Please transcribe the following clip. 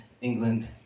England